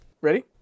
Ready